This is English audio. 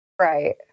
Right